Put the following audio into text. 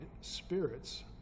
spirits